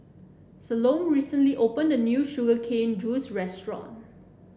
Salome recently opened a new Sugar Cane Juice Restaurant